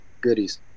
goodies